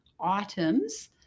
Items